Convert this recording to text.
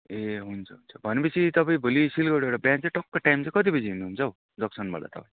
ए हुन्छ हुन्छ भनेपछि तपाईँ भोलि सिलगढीबाट बिहान चाहिँ टक्कै टाइम चाहिँ कति बजी हिँड्नु हुन्छ हौ जक्सनबाट तपाईँ